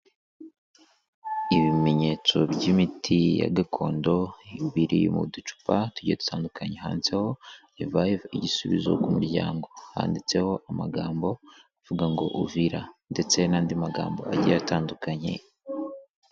Ibimenyetso by'imiti ya gakondo iba iri mu ducupa tugiye dutandukanye, handitseho revive igisubizo ku muryango, handitseho amagambo avuga ngo uvira ndetse n'andi magambo agiye atandukanye.